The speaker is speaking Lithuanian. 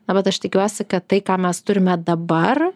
na bet aš tikiuosi kad tai ką mes turime dabar